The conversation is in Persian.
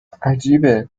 عجیبه